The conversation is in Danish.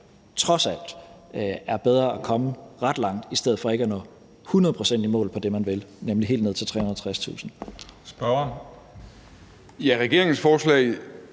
trods alt så er bedre at komme ret langt end ikke at nå hundrede procent i mål med det, man vil, nemlig komme helt ned til 360.000